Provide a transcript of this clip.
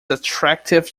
attractive